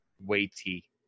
weighty